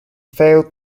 failed